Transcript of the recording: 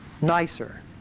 nicer